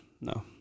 No